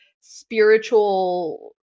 spiritual